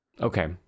Okay